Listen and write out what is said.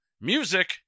music